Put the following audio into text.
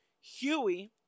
Huey